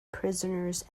prisoners